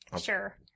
Sure